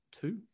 Two